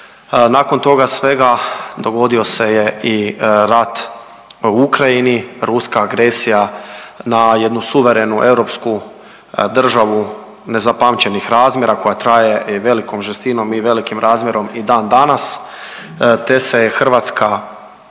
Nakon toga svega dogodio se je i rat u Ukrajini, ruska agresija na jednu suverenu europsku državu nezapamćenih razmjera koja traje i velikom žestinom i velikim razmjerom i dan danas, te se je Hrvatska